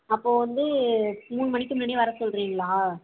அப்போது வந்து மூணு மணிக்கு முன்னாடியே வர சொல்கிறிங்களா